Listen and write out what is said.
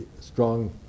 strong